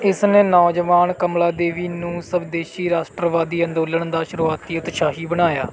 ਇਸ ਨੇ ਨੌਜਵਾਨ ਕਮਲਾਦੇਵੀ ਨੂੰ ਸਵਦੇਸ਼ੀ ਰਾਸ਼ਟਰਵਾਦੀ ਅੰਦੋਲਨ ਦਾ ਸ਼ੁਰੂਆਤੀ ਉਤਸ਼ਾਹੀ ਬਣਾਇਆ